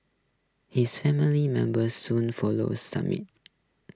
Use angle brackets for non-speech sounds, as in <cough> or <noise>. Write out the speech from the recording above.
his family members soon followed <unintelligible>